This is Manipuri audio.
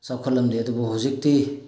ꯆꯥꯎꯈꯠꯂꯝꯗꯦ ꯑꯗꯨꯕꯨ ꯍꯧꯖꯤꯛꯇꯤ